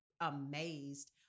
amazed